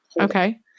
Okay